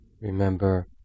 Remember